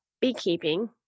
beekeeping